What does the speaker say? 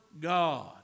God